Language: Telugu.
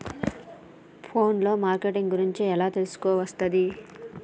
ఫోన్ లో మార్కెటింగ్ గురించి ఎలా తెలుసుకోవస్తది?